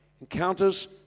Encounters